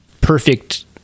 perfect